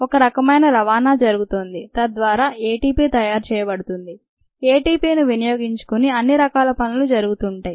ఒక రకమైన రవాణా జరుగుతోంది తద్వారా ఏటీపీ తయారు చేయబడుతుంది ఏటీపీని ఉపయోగించుకుని అన్ని రకాల పనులు జరుగుతుంటాయి